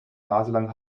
naselang